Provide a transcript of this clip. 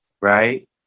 right